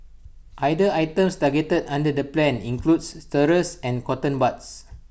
other items targeted under the plan includes stirrers and cotton buds